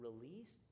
release